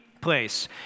place